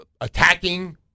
attacking